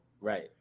Right